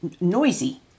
noisy